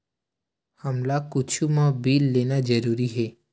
हमला कुछु मा बिल लेना जरूरी हे?